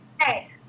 Hey